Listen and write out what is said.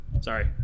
Sorry